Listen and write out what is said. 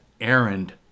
errand